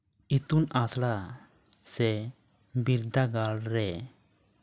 ᱤᱛᱩᱱ ᱟᱥᱲᱟ ᱥᱮ ᱵᱤᱨᱫᱟᱹᱜᱟᱲ ᱨᱮ